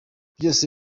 byose